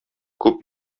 күп